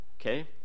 okay